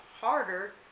harder